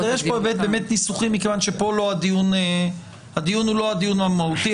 הדיון כאן הוא לא הדיון המהותי.